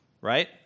right